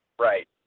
Right